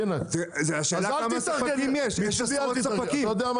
אז אל תתארגן בסדר?